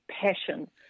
passion